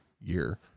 year